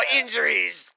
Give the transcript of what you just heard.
injuries